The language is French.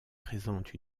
présente